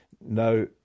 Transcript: Now